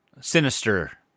sinister